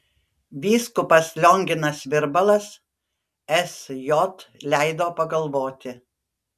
vyskupas lionginas virbalas sj leido pagalvoti